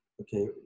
okay